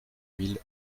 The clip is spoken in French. mille